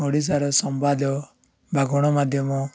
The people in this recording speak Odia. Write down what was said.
ଓଡ଼ିଶାର ସମ୍ବାଦ ବା ଗଣମାଧ୍ୟମ